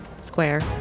square